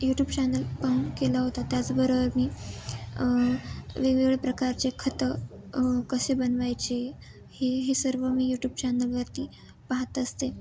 YouTube channel पाहून केला होता त्याचबरोबर मी वेगवेगळे प्रकारचे खतं कसे बनवायचे हे हे सर्व मी यूट्यूब चॅनलवरती पाहात असते